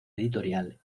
editorial